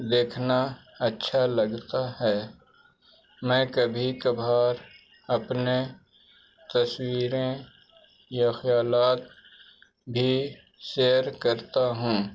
دیکھنا اچھا لگتا ہے میں کبھی کبھار اپنے تصویریں یا خیالات بھی سیئر کرتا ہوں